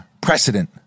precedent